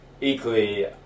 Equally